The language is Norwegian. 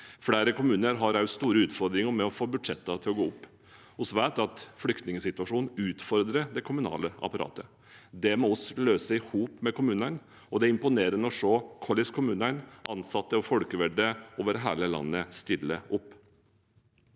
Flere kommuner har også store utfordringer med å få budsjettene til å gå opp. Vi vet at flyktningsituasjonen utfordrer det kommunale apparatet. Det må vi løse sammen med kommunene, og det er imponerende å se hvordan kommunene, ansatte og folkevalgte over hele landet stiller opp.